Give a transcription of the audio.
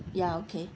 ya okay